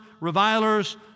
revilers